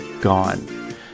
Gone